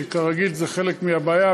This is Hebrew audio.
שכרגיל זה חלק מהבעיה,